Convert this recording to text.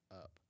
up